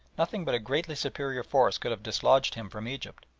nothing but a greatly superior force could have dislodged him from egypt.